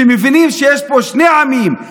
שמבינים שיש פה שני עמים.